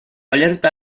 alerta